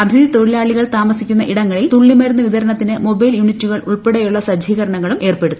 അതിഥി തൊഴിലാളികൾ താമസിക്കുന്ന ഇടങ്ങളിൽ തുള്ളിമരുന്ന് വിതരണത്തിന് മൊബൈൽ യൂണിറ്റുകൾ ഉൾപ്പെടെയുള്ള സജ്ജീകരണങ്ങളും ഏർപ്പെടുത്തി